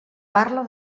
parla